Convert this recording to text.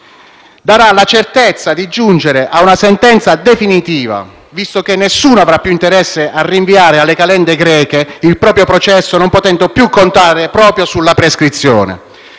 darà la certezza di giungere a una sentenza definitiva, visto che nessuno avrà più interesse a rinviare alle calende greche il proprio processo, non potendo più contare proprio sulla prescrizione.